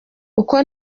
uko